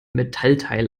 metallteil